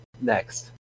Next